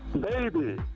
Baby